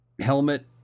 helmet